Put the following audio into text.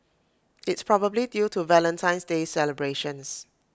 it's probably due to Valentine's day celebrations